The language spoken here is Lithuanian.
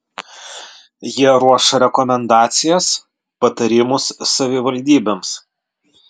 jie ruoš rekomendacijas patarimus savivaldybėms